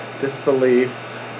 disbelief